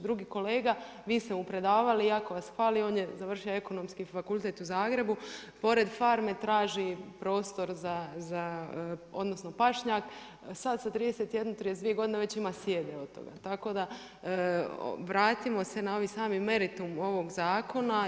Drugi kolega vi ste mu predavali i jako vas hvali, on je završio Ekonomski fakultet u Zagrebu, pored farme traži pašnjak, sada sa 31, 32 godine već ima sjede od toga, tako da vratimo se na ovaj sami meritum ovog zakona.